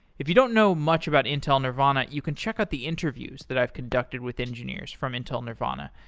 if you don't know much about intel nervana, you can check out the interviews that i've conducted with engineers from intel nervana,